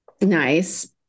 nice